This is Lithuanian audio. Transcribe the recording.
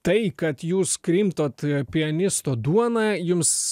tai kad jūs krimtot pianisto duoną jums